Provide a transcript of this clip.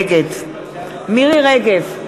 נגד מירי רגב,